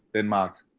denmark.